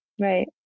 Right